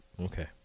Okay